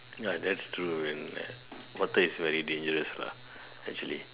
now that true and water is very dangerous lah actually